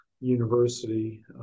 University